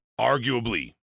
arguably